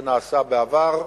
את העוול שנעשה בעבר.